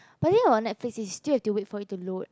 but then hor Netflix you still have to wait for it to load